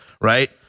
right